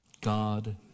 God